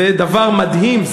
זה דבר מדהים,